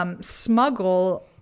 Smuggle